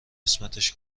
قسمتش